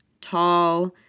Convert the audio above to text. tall